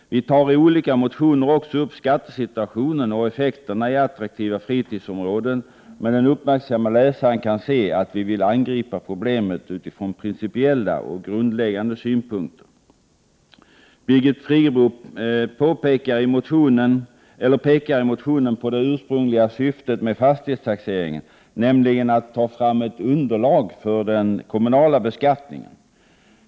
Vi tar i olika motioner också upp skattesituationen och effekterna i attraktiva fritidsområden, men den uppmärksamme läsaren kan se att vi vill angripa problemet utifrån principiella och grundläggande synpunkter. Birgit Friggebo pekar i en motion på det ursprungliga syftet med fastighetstaxeringen, nämligen att man skulle ta fram ett underlag för den kommunala beskattningen.